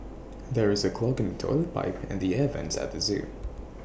there is A clog in the Toilet Pipe and the air Vents at the Zoo